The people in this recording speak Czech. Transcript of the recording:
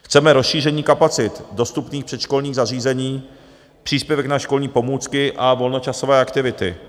Chceme rozšíření kapacit dostupných předškolních zařízení, příspěvek na školní pomůcky a volnočasové aktivity.